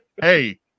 Hey